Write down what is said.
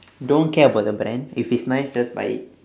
don't care about the brand if it's nice just buy it